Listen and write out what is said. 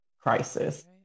crisis